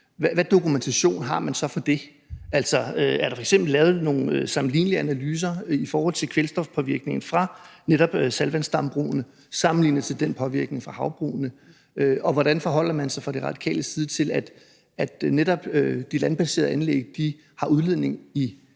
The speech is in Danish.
hvad dokumentation man så har for det. Altså, er der f.eks. lavet nogle sammenlignelige analyser i forhold til kvælstofpåvirkningen fra netop saltvandsdambrugene sammenlignet med påvirkningen fra havbrugene? Og hvordan forholder man sig fra De Radikales side til, at netop de landbaserede anlæg har udledning i